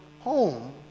home